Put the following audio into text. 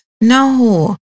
No